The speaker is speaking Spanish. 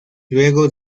luego